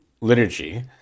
liturgy